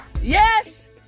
Yes